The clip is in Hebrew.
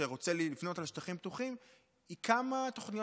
שרוצה לבנות על שטחים פתוחים היא כמה תוכניות